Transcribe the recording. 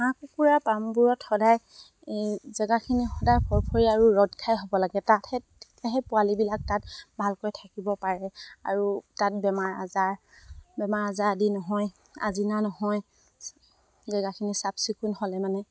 হাঁহ কুকুৰা পামবোৰত সদায় এই জেগাখিনি সদায় ফৰফৰিয়া আৰু ৰ'দ ঘাই হ'ব লাগে তাত সে সেই পোৱালিবিলাক তাত ভালকৈ থাকিব পাৰে আৰু তাত বেমাৰ আজাৰ বেমাৰ আজাৰ আদি নহয় আজিনা নহয় জেগাখিনি চাফ চিকুণ হ'লে মানে